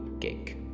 cake